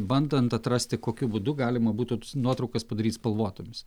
bandant atrasti kokiu būdu galima būtų nuotraukas padaryt spalvotomis